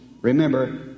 remember